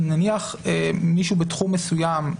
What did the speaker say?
אם נניח מישהו בתחום מסוים,